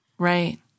Right